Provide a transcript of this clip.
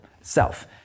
self